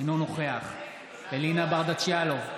אינו נוכח אלינה ברדץ' יאלוב,